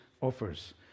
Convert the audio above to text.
offers